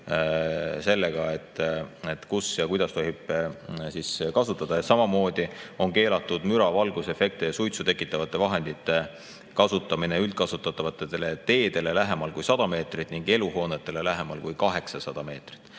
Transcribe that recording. sellega, kus ja kuidas tohib kasutada. Samamoodi on keelatud müra, valgusefekte ja suitsu tekitavate vahendite kasutamine üldkasutatavatele teedele lähemal kui 100 meetrit ning eluhoonetele lähemal kui 800 meetrit.